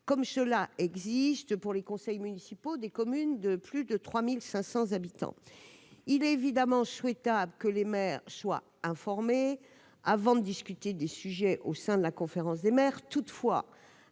comme c'est le cas pour les conseils municipaux des communes de plus de 3 500 habitants. Il est évidemment souhaitable que les maires soient informés avant de discuter des sujets au sein de la conférence des maires. Toutefois,